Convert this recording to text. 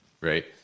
right